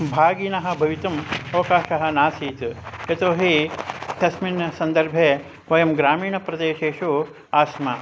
भागिनः भवितुम् अवकाशः नासीत् यतो हि तस्मिन् सन्दर्भे वयं ग्रामीणप्रदेशेषु आस्म